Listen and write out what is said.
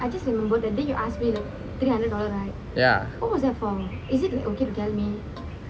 ya